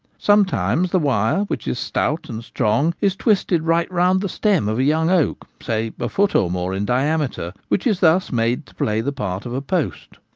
sometimes the wire, which is stout and strong, is twisted right round the stem of a young oak, say a foot or more in diameter, which is thus made to play the part of a post.